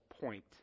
point